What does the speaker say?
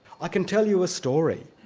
i can tell you a story,